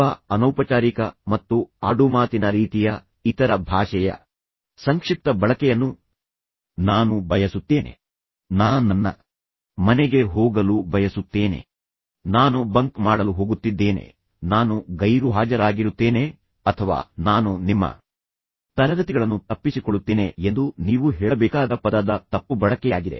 ತುಂಬಾ ಅನೌಪಚಾರಿಕ ಮತ್ತು ಆಡುಮಾತಿನ ರೀತಿಯ ಇತರ ಭಾಷೆಯ ಸಂಕ್ಷಿಪ್ತ ಬಳಕೆಯನ್ನು ನಾನು ಬಯಸುತ್ತೇನೆ ಆದ್ದರಿಂದ ನಾನು ನನ್ನ ಮನೆಗೆ ಹೋಗಲು ಬಯಸುತ್ತೇನೆ ಆದ್ದರಿಂದ ನಾನು ಬಂಕ್ ಮಾಡಲು ಹೋಗುತ್ತಿದ್ದೇನೆ ನಾನು ಗೈರುಹಾಜರಾಗಿರುತ್ತೇನೆ ಅಥವಾ ನಾನು ನಿಮ್ಮ ತರಗತಿಗಳನ್ನು ತಪ್ಪಿಸಿಕೊಳ್ಳುತ್ತೇನೆ ಎಂದು ನೀವು ಹೇಳಬೇಕಾದ ಪದದ ತಪ್ಪು ಬಳಕೆಯಾಗಿದೆ